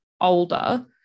older